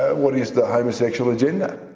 what is the homosexual agenda.